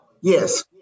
yes